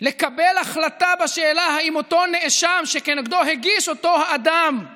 לקבל החלטה בשאלה אם אותו נאשם שכנגדו הגיש אותו האדם את